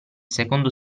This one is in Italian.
secondo